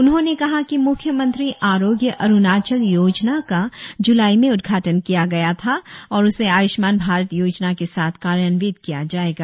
उन्होंने कहा कि मुख्यमंत्री आरोग्य अरुणाचल योजना का जुलाई में उद्घाटन किया गया था और उसे आयुष्मान भारत योजना के साथ कार्यान्वित किया जाएगा